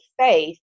faith